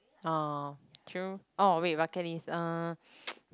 oh true oh wait bucket list uh